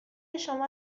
شما